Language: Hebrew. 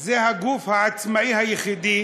הם הגוף העצמאי היחידי